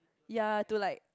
ya to like